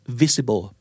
visible